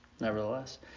Nevertheless